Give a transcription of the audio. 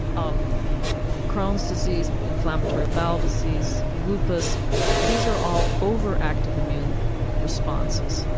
um crohn's disease, inflammatory bowel disease, lupus these are all overactive immune responses.